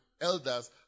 elders